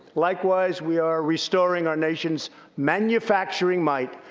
likewise, we are restoring our nation's manufacturing might,